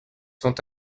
sont